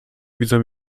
widzą